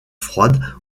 froide